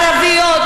ערביות,